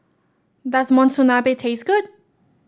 does Monsunabe taste good